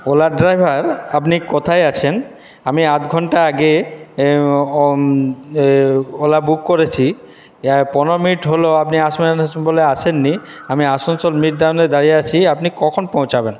ওলার driver আপনি কোথায় আছেন আমি আধ ঘন্টা আগে ওলা বুক করেছি পনেরো মিনিট হলো আপনি আসবেন আসবেন বলে আসেন নি আমি আসানসোল মিড টাউনে দাঁড়িয়ে আছি আপনি কখন পৌঁছাবেন